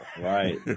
right